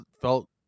felt